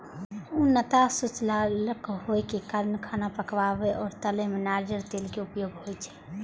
उष्णता सुचालक होइ के कारण खाना पकाबै आ तलै मे नारियल तेलक उपयोग होइ छै